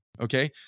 Okay